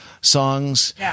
songs